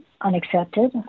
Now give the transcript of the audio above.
unaccepted